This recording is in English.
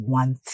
one